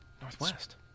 Northwest